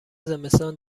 زمستان